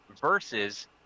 versus